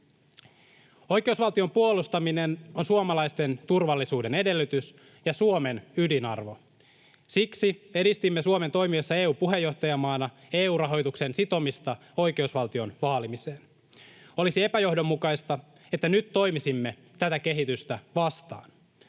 Oikeusvaltion puolustaminen on suomalaisten turvallisuuden edellytys ja Suomen ydinarvo. Siksi edistimme Suomen toimiessa EU-puheenjohtajamaana EU-rahoituksen sitomista oikeusvaltion vaalimiseen. Olisi epäjohdonmukaista, että nyt toimisimme tätä kehitystä vastaan.